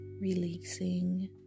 releasing